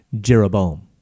Jeroboam